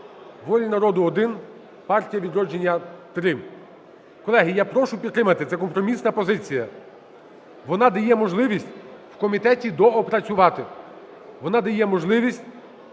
"Воля народу" – 1, "Партія "Відродження" – 3. Колеги, я прошу підтримати. Це компромісна позиція. Вона дає можливість в комітеті довго працювати, вона дає можливість